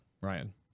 Ryan